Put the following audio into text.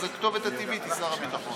אז הכתובת הטבעית היא שר הביטחון.